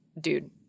Dude